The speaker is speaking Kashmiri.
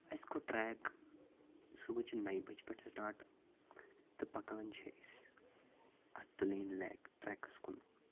اسہِ کوٚر ٹرٛیک صُبحُچہِ نَیہِ بَجہِ پٮ۪ٹھ سٹاٹ تہٕ پَکان چھِ أسۍ اَتھ تُلیٖن لیک ٹرٛیکَس کُن